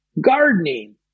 gardening